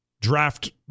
draft